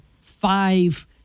five